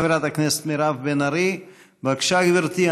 חברת הכנסת מירב בן ארי, בבקשה, גברתי.